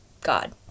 God